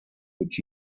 which